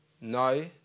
No